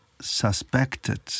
suspected